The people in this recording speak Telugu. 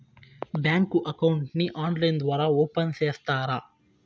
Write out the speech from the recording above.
బ్యాంకు అకౌంట్ ని ఆన్లైన్ ద్వారా ఓపెన్ సేస్తారా?